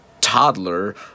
toddler